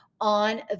on